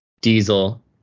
diesel